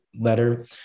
letter